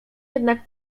jednak